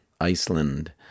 Iceland